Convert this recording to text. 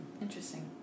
Interesting